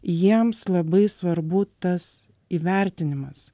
jiems labai svarbu tas įvertinimas